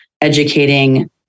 educating